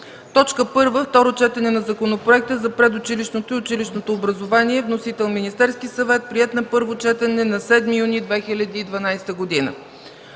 2013 г.: 1. Второ четене на Законопроекта за предучилищното и училищното образование. Вносител: Министерският съвет, приет на първо четене на 7 юни 2012 г.